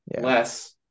less